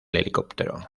helicóptero